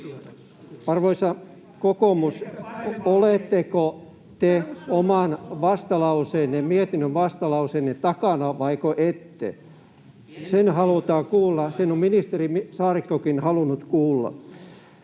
Arvoisa kokoomus, oletteko te oman vastalauseenne, mietinnön vastalauseenne, takana vaiko ette? Se halutaan kuulla. Sen on ministeri Saarikkokin halunnut kuulla.